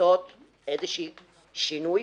לעשות שינוי,